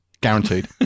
Guaranteed